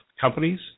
companies